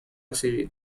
civil